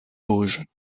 vosges